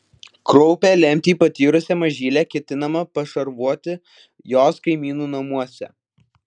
kraupią lemtį patyrusią mažylę ketinama pašarvoti jos kaimynų namuose